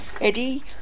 Eddie